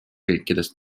riikidest